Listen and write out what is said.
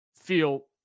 feel